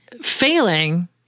failing